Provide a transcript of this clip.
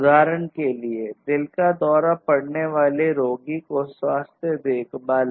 उदाहरण के लिए दिल का दौरा पड़ने वाले रोगी को स्वास्थ्य देखभाल